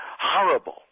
Horrible